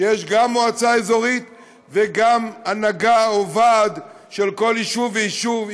שיש גם מועצה אזורית וגם הנהגה או ועד של כל יישוב ויישוב,